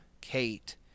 Kate